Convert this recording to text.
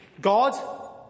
God